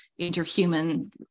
interhuman